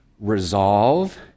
Resolve